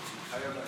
מתחייב אני